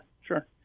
sure